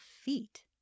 feet